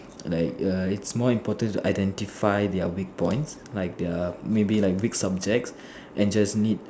like err it's more important to identify their weak points like their maybe their weak subjects and just need